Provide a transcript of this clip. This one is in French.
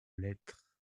lettre